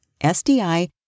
SDI